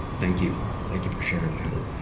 thank you. thank you for sharing that.